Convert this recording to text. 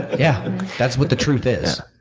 yeah that's what the truth is.